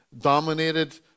dominated